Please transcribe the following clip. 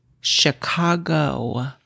Chicago